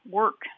work